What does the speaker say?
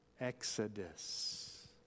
exodus